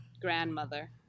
grandmother